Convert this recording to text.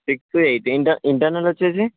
six two eight ఇంటన్ internal వచ్చేసి